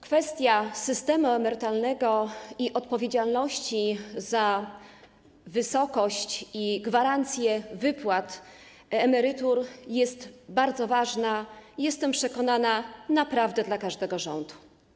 Kwestia systemu emerytalnego i odpowiedzialności za wysokość i gwarancje wypłat emerytur jest bardzo ważna - jestem o tym przekonana - naprawdę dla każdego rządu.